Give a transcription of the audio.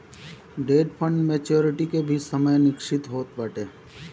debt fund maturity के भी समय निश्चित होत बाटे